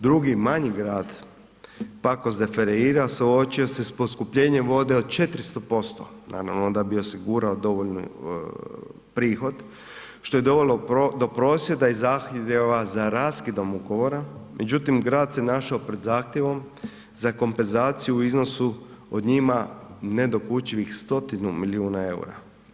Drugi manji grad Pacos de Ferreira suočio se s poskupljenjem vode od 400% naravno da bi osigurao dovoljni prihod što je dovelo do prosvjeda i zahtjeva za raskidom ugovora međutim, grad se našao pred zahtjevom za kompenzaciju u iznosu od njima nedokučivih 100 milijuna EUR-a.